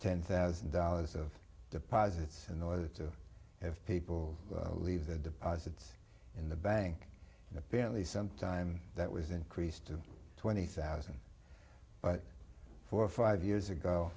ten thousand dollars of deposits in order to have people leave their deposits in the bank apparently sometime that was increased to twenty thousand dollars but for five years ago